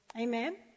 Amen